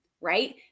right